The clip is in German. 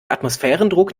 atmosphärendruck